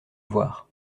voir